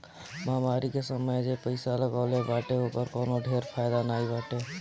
महामारी के समय जे पईसा लगवले बाटे ओकर कवनो ढेर फायदा नाइ बाटे